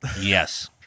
Yes